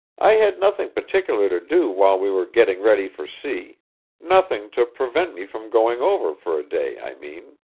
i had nothing particular to do while we were getting ready for sea nothing to prevent me from going over for a day, i mean